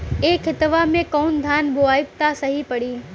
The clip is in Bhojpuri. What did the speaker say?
ए खेतवा मे कवन धान बोइब त सही पड़ी?